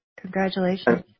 Congratulations